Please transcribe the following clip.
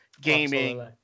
gaming